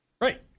Right